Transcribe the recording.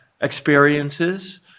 experiences